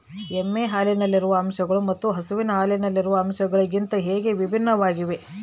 ಎಮ್ಮೆ ಹಾಲಿನಲ್ಲಿರುವ ಅಂಶಗಳು ಮತ್ತು ಹಸು ಹಾಲಿನಲ್ಲಿರುವ ಅಂಶಗಳಿಗಿಂತ ಹೇಗೆ ಭಿನ್ನವಾಗಿವೆ?